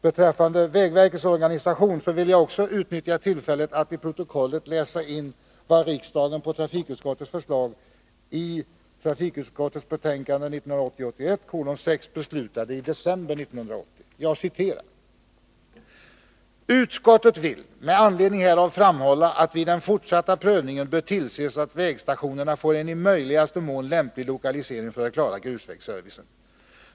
Beträffande vägverkets organisation vill jag också utnyttja tillfället att till protokollet läsa in vad riksdagen på trafikutskottets förslag i betänkande 1980/81:6 beslutade i december 1980: ”Utskottet vill med anledning härav framhålla att vid den fortsatta prövningen bör tillses att vägstationerna får en i möjligaste mån lämplig lokalisering för att klara grusvägsservicen.